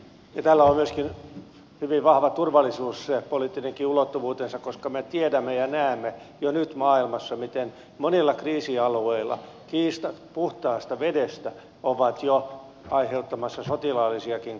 tällä on myöskin hyvin vahva turvallisuuspoliittinenkin ulottuvuutensa koska me tiedämme ja näemme jo nyt maailmassa miten monilla kriisialueilla kiista puhtaasta vedestä on aiheuttamassa sotilaallisiakin konflikteja